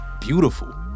beautiful